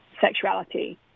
sexuality